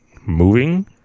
Moving